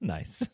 Nice